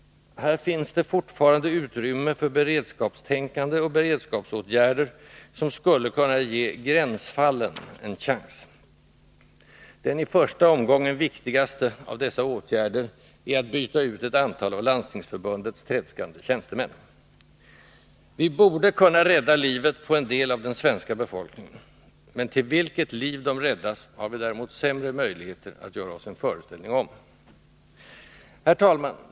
Här finns det fortfarande utrymme för beredskapstänkande och beredskapsåtgärder som skulle kunna ge ”gränsfallen” en chans. Den i första omgången viktigaste av dessa åtgärder är att byta ut ett antal av Landstingsförbundets tredskande tjänstemän. — Vi borde kunna rädda livet på en del av den svenska befolkningen. Till vilket liv de räddas har vi däremot sämre möjligheter att göra oss en föreställning om. Herr talman!